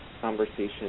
conversation